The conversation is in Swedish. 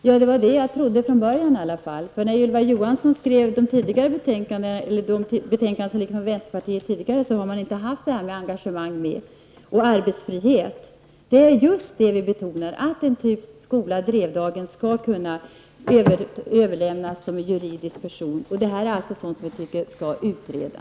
Herr talman! Det var i alla fall det jag trodde från början. I tidigare reservationer från vänsterpartiet har man inte haft med frågan om engagemang och frihet att utforma arbetet. Det vi vill betona är att en skola av typen Drevdagen skall kunna överlämnas till en annan juridisk person. Detta är sådant som vi tycker att man skall utreda.